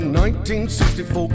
1964